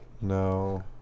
No